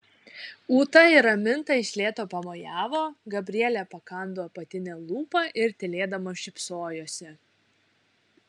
ūta ir raminta iš lėto pamojavo gabrielė pakando apatinę lūpą ir tylėdama šypsojosi